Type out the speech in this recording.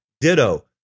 Ditto